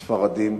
ספרדים,